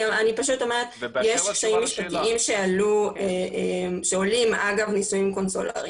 אני פשוט אומרת שיש קשיים משפטיים שעולים אגב נישואים קונסולריים.